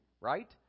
right